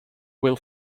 will